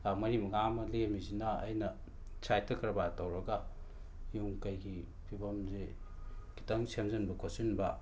ꯂꯥꯛ ꯃꯔꯤ ꯃꯉꯥ ꯑꯃ ꯂꯦꯃꯤꯖꯤꯅ ꯑꯩꯅ ꯁꯥꯏꯠꯇ ꯀꯔꯕꯥꯔ ꯇꯧꯔꯒ ꯌꯨꯝ ꯀꯩꯒꯤ ꯐꯤꯕꯝꯖꯦ ꯈꯤꯇꯪ ꯁꯦꯝꯖꯤꯟꯕ ꯈꯣꯆꯤꯟꯕ